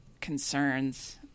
concerns